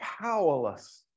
powerless